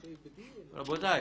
רבותיי,